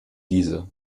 diese